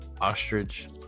ostrich